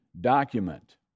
document